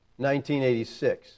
1986